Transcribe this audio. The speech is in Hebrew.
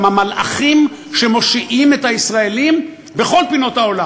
המלאכים שמושיעים את הישראלים בכל פינות העולם.